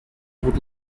would